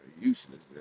useless